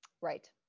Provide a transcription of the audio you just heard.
right